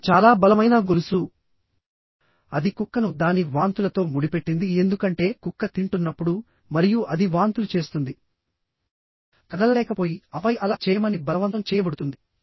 ఇది చాలా బలమైన గొలుసు అది కుక్కను దాని వాంతులతో ముడిపెట్టింది ఎందుకంటే కుక్క తింటున్నప్పుడు మరియు అది వాంతులు చేస్తుంది కదలలేకపోయిఆపై అలా చేయమని బలవంతం చేయబడుతుంది